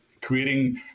creating